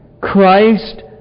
Christ